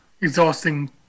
exhausting